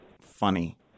funny